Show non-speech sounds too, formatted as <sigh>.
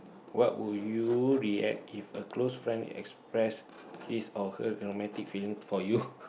what will you react if a close friend express his or her romantic feeling for you <laughs>